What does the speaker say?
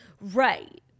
right